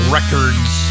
Records